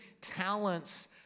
talents